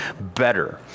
better